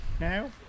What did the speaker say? now